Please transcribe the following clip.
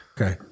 Okay